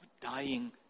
dying